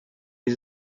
les